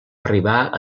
arribar